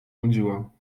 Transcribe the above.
nudziło